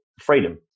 freedom